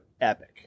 epic